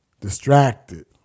distracted